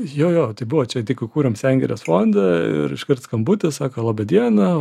jo jo tai buvo čia tik įkūrėm sengirės fondą ir iškart skambutis sako laba diena